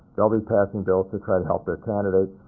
they'll be passing bills to try to help their candidate.